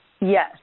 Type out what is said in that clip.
Yes